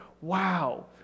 Wow